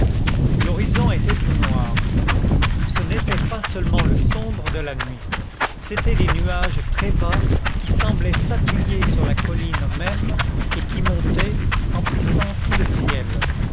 l'horizon était tout noir ce n'était pas seulement le sombre de la nuit c'étaient des nuages très bas qui semblaient s'appuyer sur la colline même et qui montaient emplissant tout le ciel